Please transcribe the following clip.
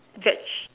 veg